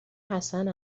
حسن